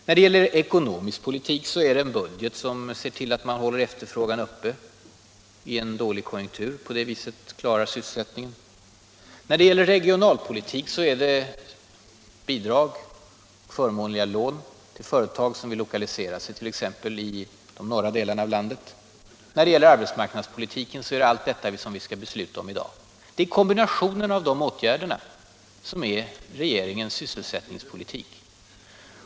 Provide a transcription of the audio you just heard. När det gäller ekonomisk politik är det en budget som ser till att man håller efterfrågan uppe i en dålig konjunktur och på det viset klarar sysselsättningen. När det gäller regionalpolitiken är det bidrag och förmånliga lån till företag som vill lokalisera sig t.ex. i de norra delarna av landet. När det gäller arbetsmarknadspolitiken är det bl.a. detta som vi skall besluta om i dag. Kombinationen av dessa åtgärder utgör regeringens sysselsättningspolitik.